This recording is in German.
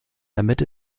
damit